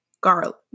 garlic